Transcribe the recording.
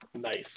Nice